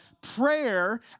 prayer